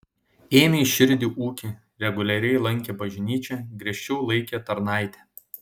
ėmė į širdį ūkį reguliariai lankė bažnyčią griežčiau laikė tarnaitę